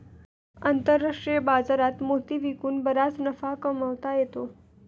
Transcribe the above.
आंतरराष्ट्रीय बाजारात मोती विकून बराच नफा कमावता येतो